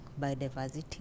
biodiversity